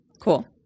Cool